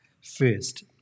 first